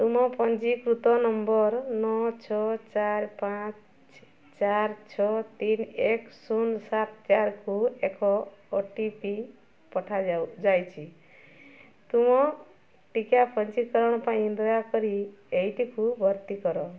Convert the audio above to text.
ତୁମ ପଞ୍ଜୀକୃତ ନମ୍ବର୍ ନଅ ଛଅ ଚାରି ପାଞ୍ଚ ଚାରି ଛଅ ତିନି ଏକ ଶୂନ ସାତ ଚାରିକୁ ଏକ ଓ ଟି ପି ପଠାଯାଇଛି ତୁମ ଟିକା ପଞ୍ଜୀକରଣ ପାଇଁ ଦୟାକରି ଏଇଟିକୁ ଭର୍ତ୍ତି କର